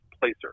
placer